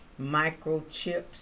microchips